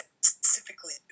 specifically